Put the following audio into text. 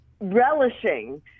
relishing